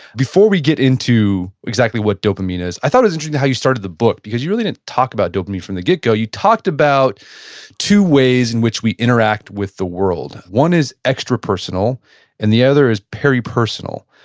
before we get into exactly what dopamine is, i thought it was interesting how you started the book, because you really didn't talk about dopamine from the get-go. you talked about two ways in which we interact with the world. one is extrapersonal, and the other is peripersonal.